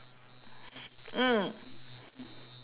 mm